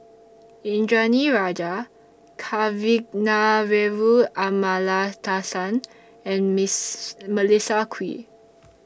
Indranee Rajah Kavignareru Amallathasan and Melissa Kwee